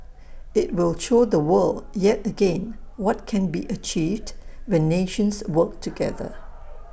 IT will show the world yet again what can be achieved when nations work together